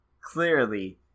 clearly